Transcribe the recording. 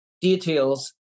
details